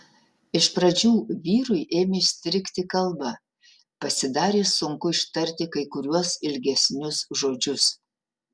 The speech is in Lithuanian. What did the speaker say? iš pradžių vyrui ėmė strigti kalba pasidarė sunku ištarti kai kuriuos ilgesnius žodžius